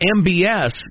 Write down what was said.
MBS